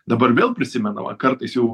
dabar vėl prisimenama kartais jau